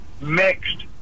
mixed